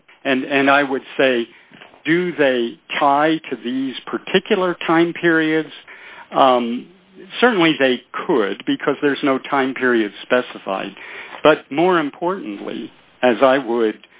do and i would say do they try to these particular time periods certainly they could because there's no time period specified but more importantly as i would